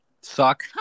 Suck